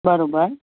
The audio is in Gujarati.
બરાબર